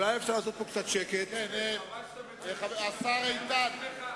רבותי השרים,